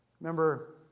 Remember